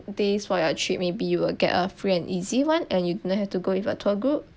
days for your trip maybe you will get a free and easy one and you do not have to go with a tour group